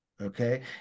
okay